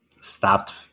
stopped